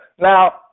Now